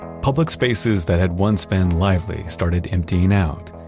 public spaces that had once been lively started emptying out.